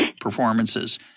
performances